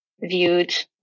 viewed